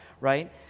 right